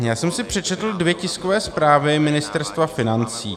Já jsem si přečetl dvě tiskové zprávy Ministerstva financí.